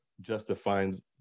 justifies